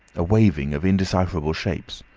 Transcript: a waving of indecipherable shapes,